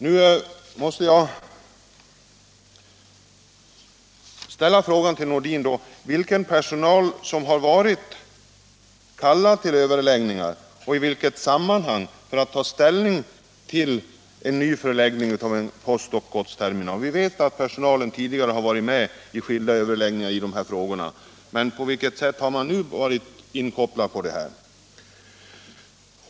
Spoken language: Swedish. Jag måste ställa frågan till herr Nordin: Vilken personal har varit kallad till överläggningar och i vilket sammanhang för att ta ställning till en ny förläggning av en postoch godsterminal? Vi vet att personalen tidigare har varit med i skilda överläggningar i dessa frågor, men på vilket sätt har den nu varit inkopplad på detta?